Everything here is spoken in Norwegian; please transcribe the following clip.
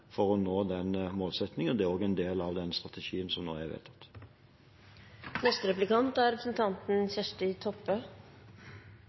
for å nå den målsettingen. Det er også en del av den strategien som nå er vedtatt.